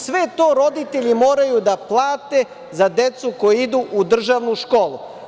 Sve to roditelji moraju da plate za decu koja idu u državnu školu.